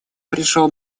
пришел